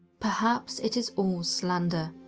perhaps it is all slander.